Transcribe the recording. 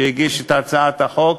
שהגיש את הצעת החוק,